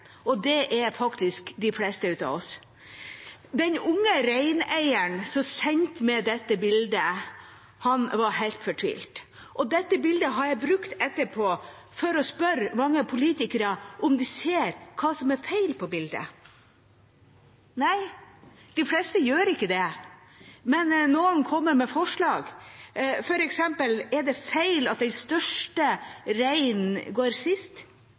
og det er faktisk de fleste av oss. Den unge reineieren som sendte meg dette bildet, var helt fortvilet. Dette bildet har jeg brukt etterpå for å spørre mange politikere om de ser hva som er feil på bildet. Nei, de fleste gjør ikke det, men noen kommer med forslag, for eksempel at det er feil at den største reinen går sist.